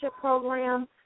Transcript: program